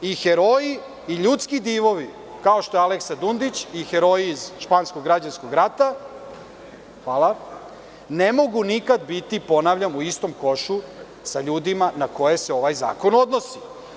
I heroji i ljudski divovi, kao što je Aleksa Dundić, i heroji iz Španskog građanskog rata ne mogu nikad biti, ponavljam, u istom košu sa ljudima na koje se ovaj zakon odnosi.